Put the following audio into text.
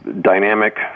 dynamic